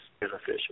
beneficial